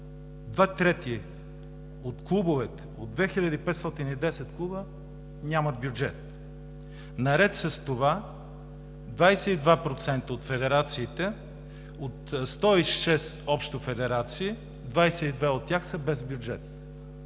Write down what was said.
трети от клубовете – от 2510 клуба, нямат бюджет. Наред с това, 22% от федерациите, от общо 106 федерации, са без бюджет